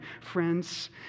friends